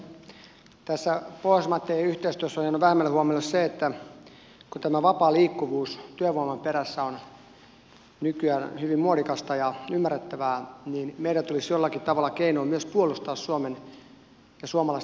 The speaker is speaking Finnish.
tässä pohjoismaitten yhteistyössä on jäänyt vähemmälle huomiolle se että kun tämä vapaa liikkuvuus työn perässä on nykyään hyvin muodikasta ja ymmärrettävää niin meidän tulisi jollakin keinoin myös puolustaa suomen ja suomalaisten työpaikkoja